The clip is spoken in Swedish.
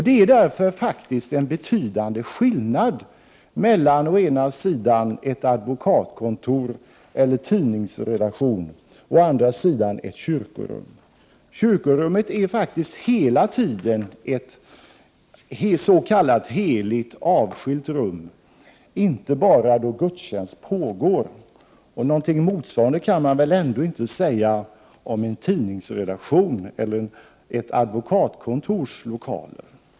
Det är därför en betydande skillnad mellan å ena sidan ett advokatkontor eller en tidningsredaktion och å andra sidan ett kyrkorum. Kyrkorummet är faktiskt hela tiden ett s.k. heligt avskilt rum, inte bara då gudstjänst pågår. Någonting motsvarande kan man väl ändå inte säga om en tidningsredaktions eller ett advokatkontors lokaler.